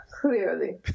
clearly